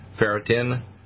ferritin